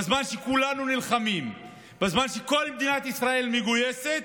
בזמן שכולנו נלחמים, בזמן שכל מדינת ישראל מגויסת,